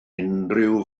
unrhyw